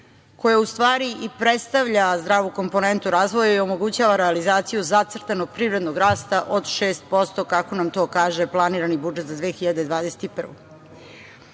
koja u stvari i predstavlja zdravu komponentu razvoja i omogućava realizaciju zacrtanog privrednog rasta od 6% kako nam to kaže planirani budžet za 2021.